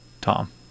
Tom